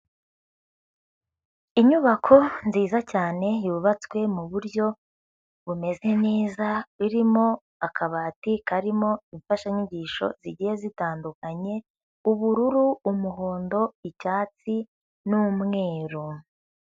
Inyubako nziza cyane yubatswe mu buryo bumeze neza, irimo akabati karimo imfashanyigisho zigiye zitandukanye ubururu, umuhondo, icyatsi n'umweru.